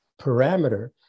parameter